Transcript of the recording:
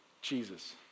Jesus